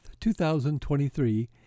2023